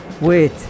Wait